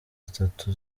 zitatu